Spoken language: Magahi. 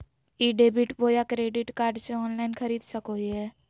ई डेबिट बोया क्रेडिट कार्ड से ऑनलाइन खरीद सको हिए?